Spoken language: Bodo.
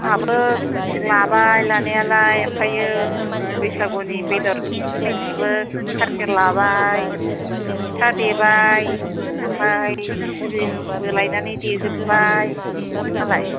आंहाबो लाबाय लानायालाय ओमफ्राय बैसागुनि बेदरनि बायनोबो टारगेट लाबाय फिथा देबाय ओमफ्राय सिबिंबो लायनानै देजोब्बाय नोंहालाय